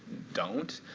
don't.